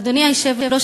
אדוני היושב-ראש,